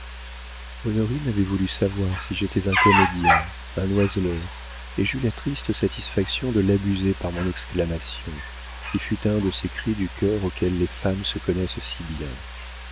honorine avait voulu savoir si j'étais un comédien un oiseleur et j'eus la triste satisfaction de l'abuser par mon exclamation qui fut un de ces cris du cœur auxquels les femmes se connaissent si bien